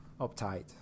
uptight